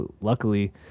luckily